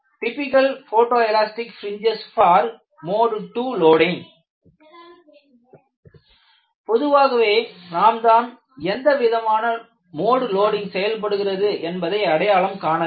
typical photo elastic fringes for mode II loading பொதுவாகவே நாம் தான் எந்த விதமான மோடு லோடிங் செயல்படுகிறது என்பதை அடையாளம் காண வேண்டும்